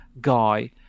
guy